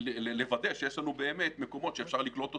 לוודא שיש לנו באמת מקומות שאפשר לקלוט אותם.